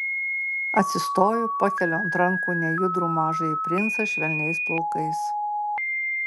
atsistoju pakeliu ant rankų nejudrų mažąjį princą švelniais plaukais